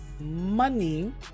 money